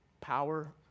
Power